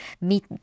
meet